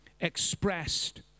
expressed